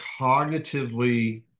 cognitively